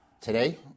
Today